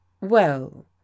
Well